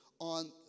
On